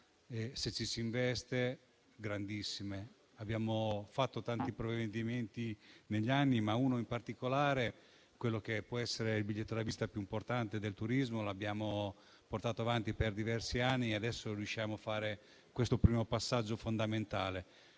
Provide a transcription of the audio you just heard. possibilità. Sono stati approvati tanti provvedimenti negli anni, ma uno in particolare, che può essere il biglietto da visita più importante per il turismo, lo abbiamo portato avanti per diversi anni e adesso riusciamo a compiere questo primo passaggio fondamentale